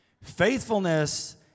Faithfulness